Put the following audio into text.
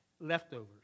leftovers